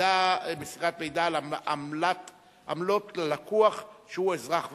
(מסירת מידע על עמלות ללקוח שהוא אזרח ותיק),